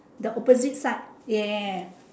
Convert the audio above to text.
the opposite side yes